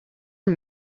are